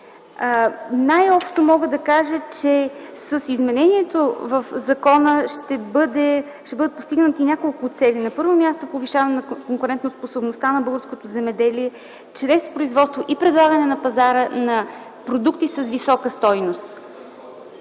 Най-общо мога да кажа, че с измененията в закона ще бъдат постигнати няколко цели. На първо място, повишаване на конкурентоспособността на българското земеделие чрез производство и предлагане на пазара на продукти с висока стойност.